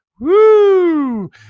Woo